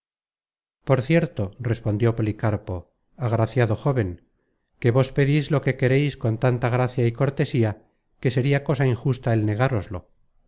por cierto respondió policarpo agraciado jóven que vos pedis lo que quereis con tanta gracia y cortesía que sería cosa injusta el negároslo